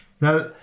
Now